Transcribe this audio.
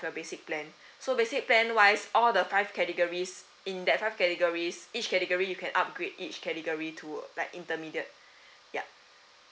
the basic plan so basic plan wise all the five categories in that five categories each category you can upgrade each category to like intermediate yup